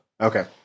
Okay